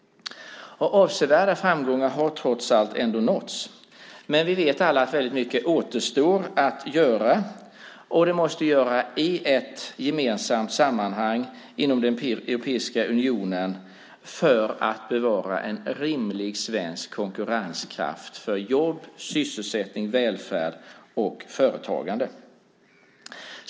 Avsevärda framgångar har trots allt ändå nåtts. Men vi vet alla att väldigt mycket återstår att göra. Det måste göras i ett gemensamt sammanhang i den europeiska unionen för att bevara en rimlig svensk konkurrenskraft för jobb, sysselsättning, välfärd och företagande.